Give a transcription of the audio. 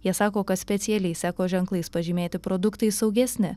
jie sako kad specialiais eko ženklais pažymėti produktai saugesni